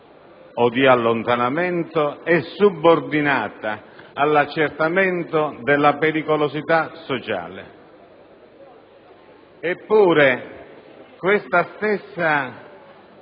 o di allontanamento è subordinata all'accertamento della pericolosità sociale. Eppure, questa stessa